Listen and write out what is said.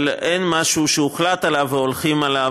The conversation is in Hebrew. אבל אין משהו שהוחלט עליו והולכים עליו,